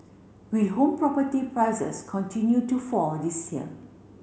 will home property prices continue to fall this year